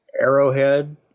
Arrowhead